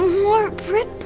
more bread,